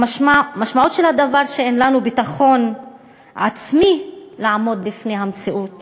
המשמעות של הדבר היא שאין לנו ביטחון עצמי לעמוד בפני המציאות